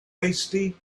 hasty